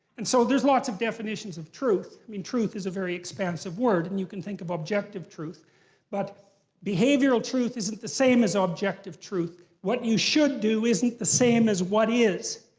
and so there's lots of definitions of truth. mean, truth is a very expansive word. and you can think of objective truth but behavioral truth isn't the same as ah objective truth. what you should do isn't the same as what is,